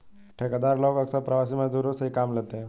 ठेकेदार लोग अक्सर प्रवासी मजदूरों से ही काम लेते हैं